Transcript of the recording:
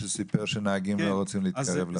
שסיפר שנהגים לא רוצים להתקרב למדרכה.